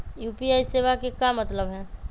UPI सेवा के का मतलब है?